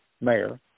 mayor